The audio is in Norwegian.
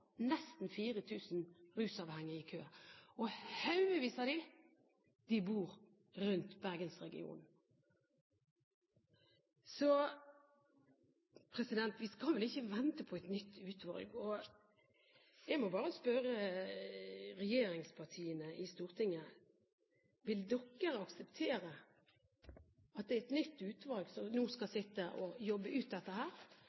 nesten 4 000 rusavhengige i kø, og haugevis av dem bor i Bergensregionen. Vi skal vel ikke vente på et nytt utvalg? Jeg må bare spørre regjeringspartiene i Stortinget: Vil de akseptere at det er et nytt utvalg som nå skal